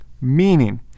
meaning